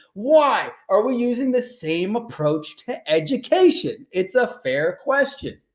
why are we using the same approach to education? it's a fair question.